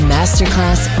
Masterclass